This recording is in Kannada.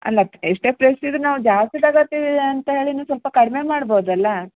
ಅಲ್ಲ ಎಷ್ಟೇ ಪ್ರೈಸ್ ಇದ್ದರೂ ನಾವು ಜಾಸ್ತಿ ತೊಗೊತೀವಿ ಅಂತ ಹೇಳಿ ನೀವು ಸ್ವಲ್ಪ ಕಡಿಮೆ ಮಾಡ್ಬೋದಲ್ಲ